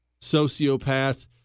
sociopath